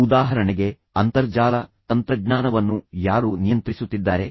ಉದಾಹರಣೆಗೆ ಅಂತರ್ಜಾಲ ತಂತ್ರಜ್ಞಾನವನ್ನು ತೆಗೆದುಕೊಳ್ಳಿ ಅದನ್ನು ಯಾರು ನಿಯಂತ್ರಿಸುತ್ತಿದ್ದಾರೆ